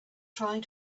trying